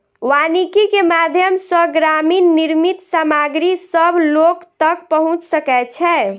वानिकी के माध्यम सॅ ग्रामीण निर्मित सामग्री सभ लोक तक पहुँच सकै छै